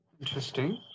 interesting